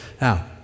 Now